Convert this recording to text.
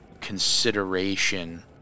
consideration